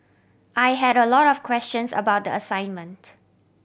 I had a lot of questions about the assignment